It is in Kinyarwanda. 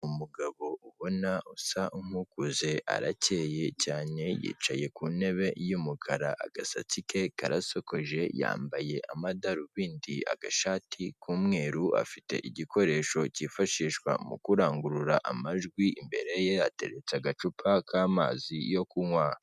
Umugabo ubona usa nk'ukuze arakeye cyane yicaye ku ntebe y'umukara, agasatsi ke karasokoje, yambaye amadarubindi, agashati k'umweru, afite igikoresho cyifashishwa mu kurangurura amajwi, imbere ye hateretse agacupa k'amazi yo kunywa.